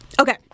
Okay